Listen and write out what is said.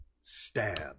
Stab